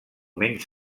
menys